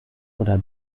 oder